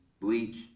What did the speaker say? Bleach